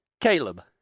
caleb